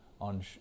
on